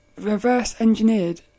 reverse-engineered